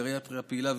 גריאטריה פעילה,